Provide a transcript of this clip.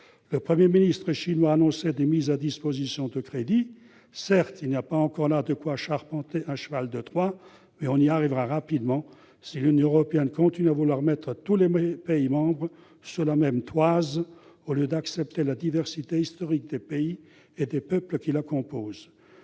et orientale. Il a annoncé des mises à disposition de crédits. Certes, il n'y a pas encore là de quoi charpenter un cheval de Troie, mais on y arrivera rapidement si l'Union européenne continue à vouloir mettre tous les pays sous la même toise, au lieu d'accepter la diversité historique des pays et des peuples qui la composent.